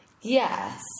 Yes